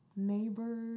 Neighbors